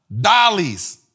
Dollies